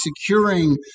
securing